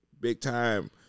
big-time